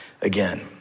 again